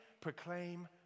proclaim